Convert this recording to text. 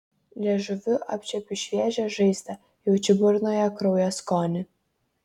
liežuviu apčiuopiu šviežią žaizdą jaučiu burnoje kraujo skonį